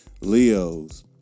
Leos